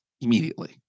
immediately